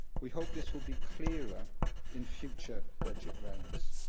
we hope this will be clearer in future budget rounds.